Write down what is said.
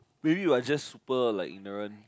maybe we are just super like ignorant